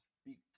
speak